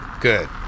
Good